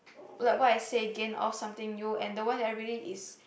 like what I say gain off something you